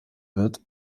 wird